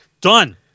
done